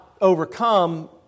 overcome